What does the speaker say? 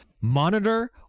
monitor